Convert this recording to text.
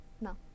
No